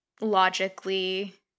logically